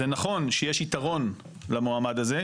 זה נכון שיש יתרון למועמד הזה,